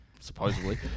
supposedly